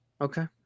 Okay